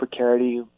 precarity